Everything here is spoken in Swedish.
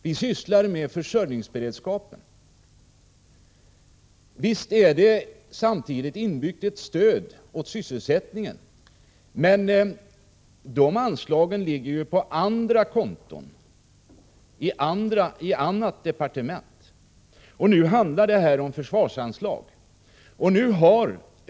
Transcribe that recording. Visst innebär det ibland ett stöd åt sysselsättningen, men sådana uppgifter ligger ju på andra konton, i ett annat departement, och nu handlar det om försvarsanslag.